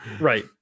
right